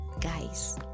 guys